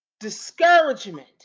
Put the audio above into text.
discouragement